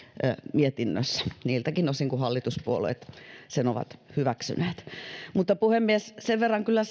mietinnössä niiltäkin osin kuin hallituspuolueet sen ovat hyväksyneet mutta puhemies sen verran kyllä